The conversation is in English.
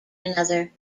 another